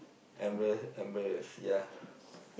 embarrass embarrass yeah